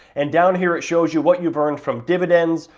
and down here it shows you what you've earned from dividends,